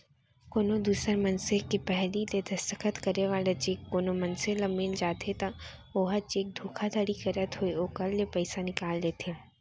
कोनो दूसर मनसे के पहिली ले दस्खत करे वाला चेक कोनो मनसे ल मिल जाथे त ओहा चेक धोखाघड़ी करत होय ओखर ले पइसा निकाल लेथे